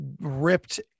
ripped